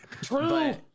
True